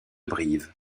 brive